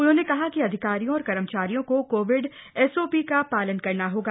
उन्होंन कहा कि अधिकारियों और कर्मचारियों को कोविड एसओपी का पालन करना होगा